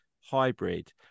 hybrid